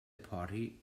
party